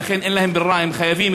ולכן אין להם ברירה: הם חייבים,